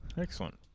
Excellent